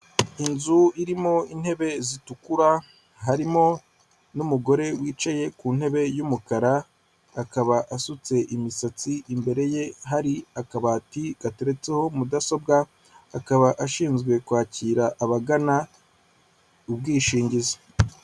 Inzu irimo intebe zitukura, harimo n'umugore wicaye ku ntebe y'umukara, akaba asutse imisatsi, imbere ye hari akabati gateretseho mudasobwa, akaba ashinzwe kwakira abagana ubwishingizi.